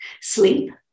sleep